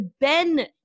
Ben